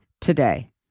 today